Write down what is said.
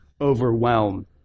overwhelm